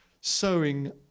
sowing